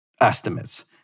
estimates